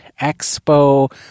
Expo